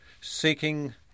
seeking